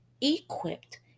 equipped